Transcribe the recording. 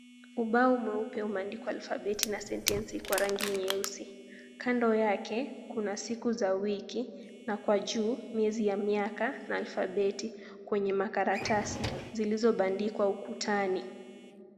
Ubao mweupe umeandikwa alfabeti na sentensi kwa rangi nyeusi. Kando yake kuna siku za wiki na kwa juu, miezi ya miaka na alfabeti kwenye makaratasi zilizobandikwa ukutani.